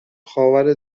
خاور